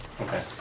Okay